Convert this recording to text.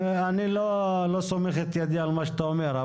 אני לא סומך את ידי על מה שאתה אומר,